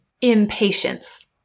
impatience